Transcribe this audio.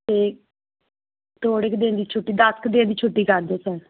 ਅਤੇ ਥੋੜ੍ਹੇ ਕੁ ਦਿਨ ਦੀ ਛੁੱਟੀ ਦਸ ਕੁ ਦਿਨ ਦੀ ਛੁੱਟੀ ਕਰ ਦਿਓ ਸਰ